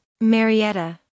Marietta